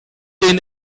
den